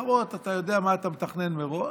מלחמות, אתה יודע מה אתה מתכנן מראש,